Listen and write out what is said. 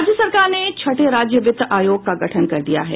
राज्य सरकार ने छठे राज्य वित्त आयोग का गठन कर दिया है